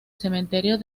cementerio